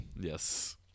Yes